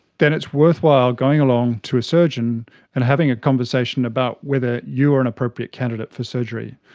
then it's worthwhile going along to a surgeon and having a conversation about whether you are an appropriate candidate for surgery.